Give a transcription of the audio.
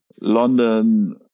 london